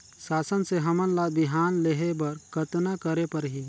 शासन से हमन ला बिहान लेहे बर कतना करे परही?